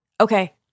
Okay